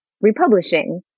republishing